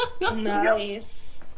Nice